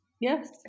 Yes